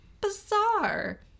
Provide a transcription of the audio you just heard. bizarre